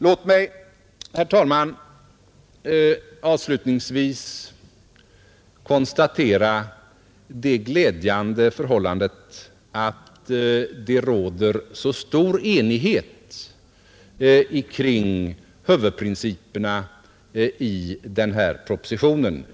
Låt mig, herr talman, avslutningsvis konstatera det glädjande förhållandet, att det råder så stor enighet om huvudprinciperna i den här propositionen.